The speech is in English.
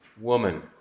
woman